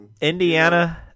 Indiana